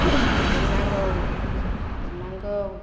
दुगैनांगौ लोबनांगौ